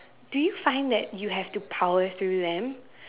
do you find that you have to power through them